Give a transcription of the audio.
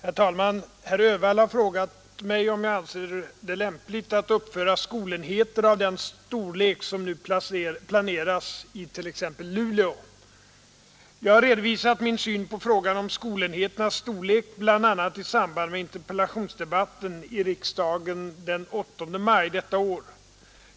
H talman! Herr Öhvall har frågat mig, om jag anser det lämpligt att uppföra skolenheter av den storlek som nu planeras i t.ex. Luleå. Jag har redovisat min syn på frågan om skolenheternas storlek bl.a. i samband med interpellationsdebatten i riksdagen den 8 maj detta år.